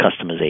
customization